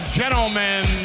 gentlemen